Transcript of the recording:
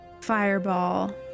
fireball